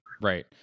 Right